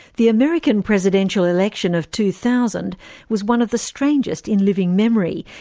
the american presidential election of two thousand was one of the strangest in living memory,